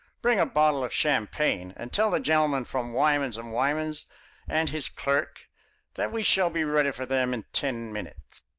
bring a bottle of champagne, and tell the gentleman from wymans and wymans and his clerk that we shall be ready for them in ten minutes.